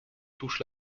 touche